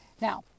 Now